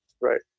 Right